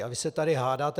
A vy se tady hádáte.